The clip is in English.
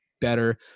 better